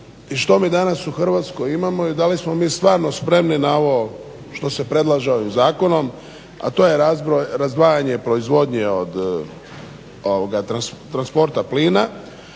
i što mi danas u Hrvatskoj imamo i da li smo mi stvarno spremni na ovo što se predlaže ovim zakonom, a to je razdvajanje proizvodnje od transporta plina,